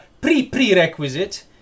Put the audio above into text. pre-prerequisite